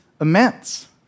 immense